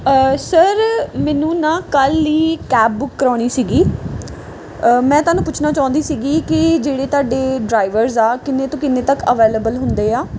sir ਮੈਨੂੰ ਨਾ ਕੱਲ੍ਹ ਲਈ ਕੈਬ ਬੁੱਕ ਕਰਵਾਉਣੀ ਸੀਗੀ ਮੈਂ ਤੁਹਾਨੂੰ ਪੁੱਛਣਾ ਚਾਹੁੰਦੀ ਸੀਗੀ ਕਿ ਜਿਹੜੇ ਤੁਹਾਡੇ ਡਰਾਈਵਰ ਆ ਕਿੰਨੇ ਤੋਂ ਕਿੰਨੇ ਤੱਕ ਅਵੇਲੇਬਲ ਹੁੰਦੇ ਆ